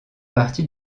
partie